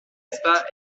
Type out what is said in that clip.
esta